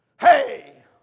Hey